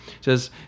Says